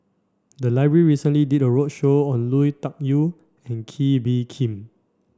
the library recently did a roadshow on Lui Tuck Yew and Kee Bee Khim